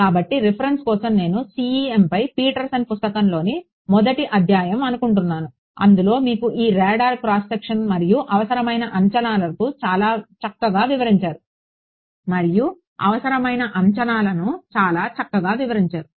కాబట్టి రిఫరెన్స్ కోసం నేను CEMపై పీటర్సన్ పుస్తకంలోని 1వ అధ్యాయం అనుకుంటున్నాను అందులో మీకు ఈ రాడార్ క్రాస్ సెక్షన్cross section మరియు అవసరమైన అంచనాలను చాలా చక్కగా వివరించారు